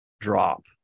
drop